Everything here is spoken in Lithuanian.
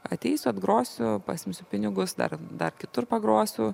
ateisiu atgrosiu pasiimsiu pinigus dar dar kitur pagrosiu